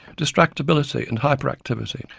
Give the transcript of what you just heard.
distractibility and hyperactivity,